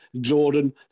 Jordan